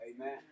Amen